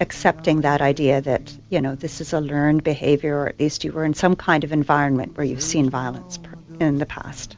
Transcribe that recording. accepting that idea that, you know, this is a learned behaviour or at least you were in some kind of environment where you have seen violence in the past.